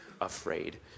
afraid